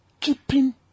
keeping